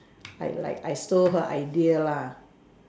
I like I stole her idea lah